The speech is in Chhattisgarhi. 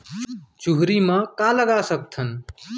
चुहरी म का लगा सकथन?